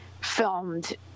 filmed